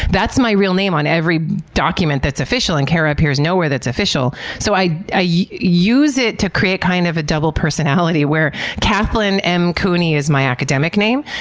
that's my real name on every document that's official. and kara appears nowhere that's official. so, i use it to create, kind of, a double personality where kathlyn m. cooney is my academic name,